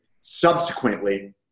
subsequently